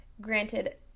granted